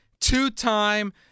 Two-time